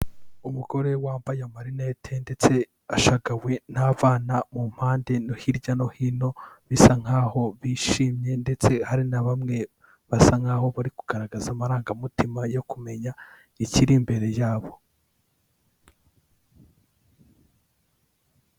Umugore wambaye amarinete ndetse ashagawe n'abana mu mpande no hirya no hino bisa nkaho bishimye, ndetse hari na bamwe basa nkaho bari kugaragaza amarangamutima yo kumenya ikiri imbere yabo.